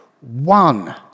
one